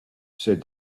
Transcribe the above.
said